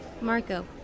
Marco